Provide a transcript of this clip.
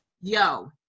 Yo